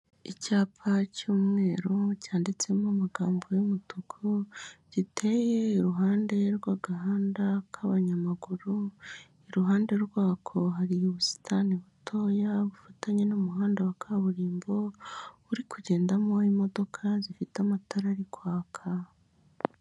Icyapa cy'umweru cyanditsemo amagambo y'umutuku giteye iruhande rw'agahanda k'abanyamaguru, iruhande rwako hari ubusitani butoya bufatanye n'umuhanda wa kaburimbo uri kugendamo imodoka zifite amatara ari kwaka.